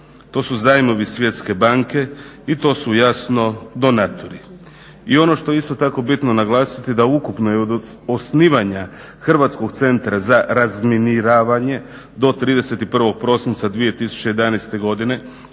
to su zajmovi svjetske banke i to su jasno donatori. I ono što je isto tako bitno naglasiti da od ukupnog osnivanja Hrvatskog centra za razminiravanje do 31.prosinca 2011.godine